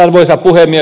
arvoisa puhemies